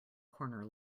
corner